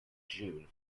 june